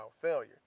failure